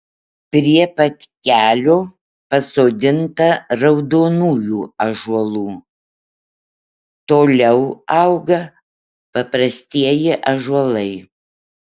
prie pat kelio pasodinta raudonųjų ąžuolų toliau auga paprastieji ąžuolai